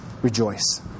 Rejoice